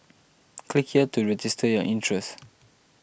click here to register your interest